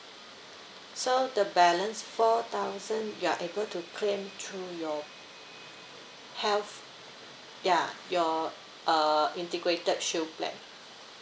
so the balance four thousand you are able to claim through your health ya your err integrated shield plan